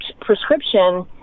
prescription